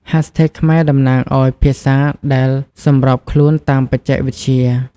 ហាស់ថេកខ្មែរតំណាងឱ្យភាសាដែលសម្របខ្លួនតាមបច្ចេកវិទ្យា។